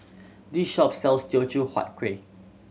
this shop sells Teochew Huat Kueh